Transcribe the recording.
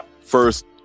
First